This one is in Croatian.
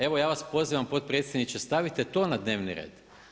Evo ja vas pozivam potpredsjedniče stavite to na dnevni red.